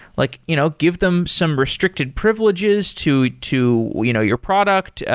like you know give them some restricted privileges to to you know your product,